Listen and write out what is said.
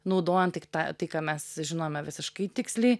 naudojant tik tą tai ką mes žinome visiškai tiksliai